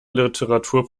literatur